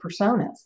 personas